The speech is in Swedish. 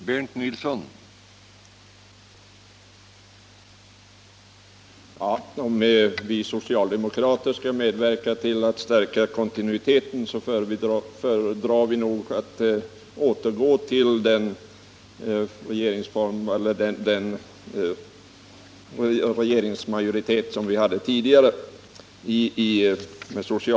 Herr talman! Om vi socialdemokrater skall medverka till att förstärka kontinuiteten föredrar vi nog att återgå till den socialdemokratiska regering vi hade tidigare.